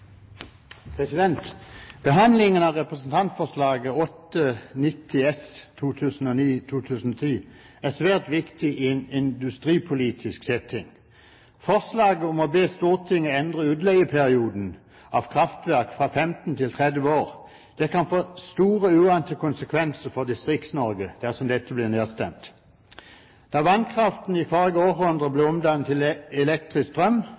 til. Behandlingen av Dokument 8:90 S for 2009–2010 er svært viktig i en industripolitisk setting. Forslaget om å be Stortinget endre utleieperioden av kraftverk fra 15 til 30 år kan få store uante konsekvenser for Distrikts-Norge, dersom det blir nedstemt. Da vannkraften i forrige århundre ble omdannet til elektrisk strøm,